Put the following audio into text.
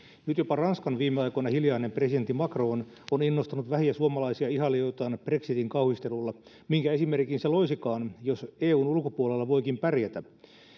nyt jopa ranskan viime aikoina hiljainen presidentti macron on innostanut vähiä suomalaisia ihailijoitaan brexitin kauhistelulla minkä esimerkin se loisikaan jos eun ulkopuolella voikin pärjätä